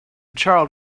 child